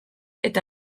eta